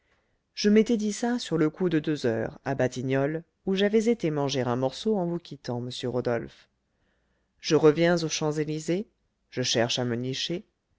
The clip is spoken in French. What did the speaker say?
je m'étais dit ça sur le coup de deux heures à batignolles où j'avais été manger un morceau en vous quittant monsieur rodolphe je reviens aux champs-élysées je cherche à me nicher